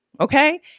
Okay